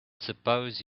suppose